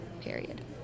period